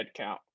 headcount